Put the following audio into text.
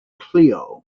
clio